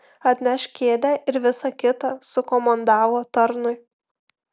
atnešk kėdę ir visa kita sukomandavo tarnui